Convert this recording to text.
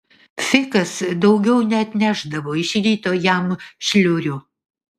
fikas daugiau neatnešdavo iš ryto jam šliurių